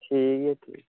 ᱴᱷᱤᱠ ᱜᱮᱭᱟ ᱴᱷᱤᱠ